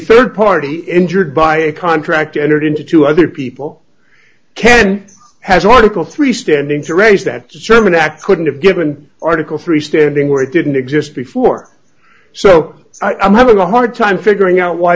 a rd party injured by a contract entered into two other people can has article three standing to raise that sermon act couldn't have given article three standing where it didn't exist before so i'm having a hard time figuring out why